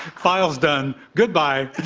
file's done. goodbye.